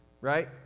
right